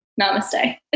namaste